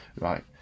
right